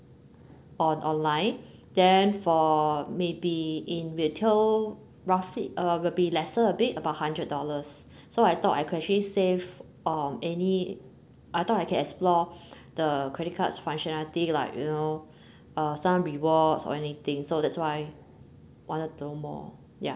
on online then for maybe in retail roughly uh will be lesser a bit about hundred dollars so I thought I could actually save um any I thought I can explore the credit cards functionality lah you know uh some rewards or anything so that's why wanna know more ya